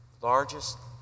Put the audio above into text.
Largest